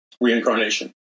reincarnation